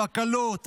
הקלות,